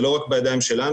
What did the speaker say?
זה לא רק בידיים שלנו,